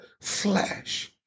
flesh